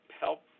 help